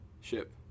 ship